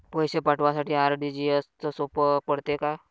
पैसे पाठवासाठी आर.टी.जी.एसचं सोप पडते का?